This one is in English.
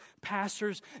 pastors